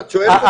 את שואלת אותי?